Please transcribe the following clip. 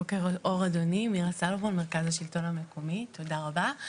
בוקר אור אדוני, תודה רבה.